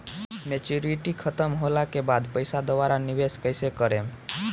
Maturity खतम होला के बाद पईसा दोबारा निवेश कइसे करेम?